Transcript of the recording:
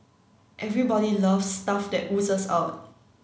everybody loves stuff that oozes out